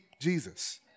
Jesus